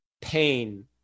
pain